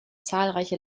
zahlreiche